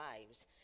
lives